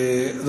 תודה,